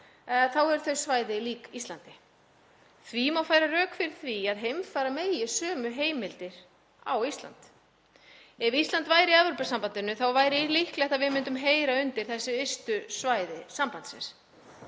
eru þau svæði lík Íslandi. Því má færa rök fyrir að heimfæra megi sömu heimildir á Ísland. Ef Ísland væri í Evrópusambandinu væri líklegt að við myndum heyra undir þessi ystu svæði sambandsins.